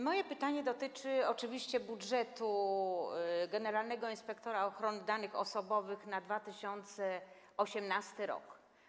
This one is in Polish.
Moje pytanie dotyczy oczywiście budżetu generalnego inspektora ochrony danych osobowych na 2018 r.